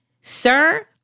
sir